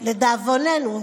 לדאבוננו,